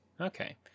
Okay